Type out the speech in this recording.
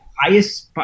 Highest